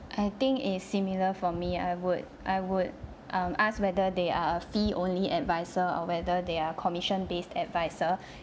I think it's similar for me I would I would um asked whether they are a fee only advisor or whether they are commission based adviser